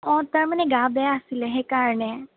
অ তাৰ মানে গা বেয়া আছিলে সেইকাৰণে